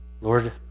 Lord